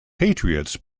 patriots